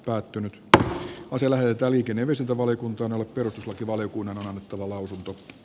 päättynyt tähti osille joita liikennemiselta voi kunto on ollut perustuslakivaliokunnan tulee lausuttu